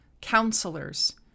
counselors